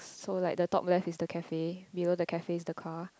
so like the dog left is the cafe before the cafe is the car